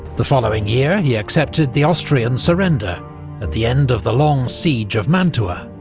the following year, he accepted the austrian surrender at the end of the long siege of mantua.